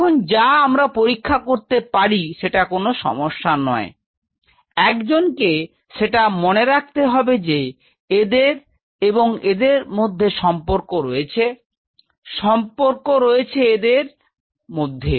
এখন যা আমরা পরীক্ষা করতে পারি সেটা কোনও সমস্যা নয় একজনকে সেটা মনে রাখতে হবে যে এদের এবং এদের মধ্যে সম্পর্ক রয়েছে সম্পরক রয়েছে এদের এদের এদের মধ্যে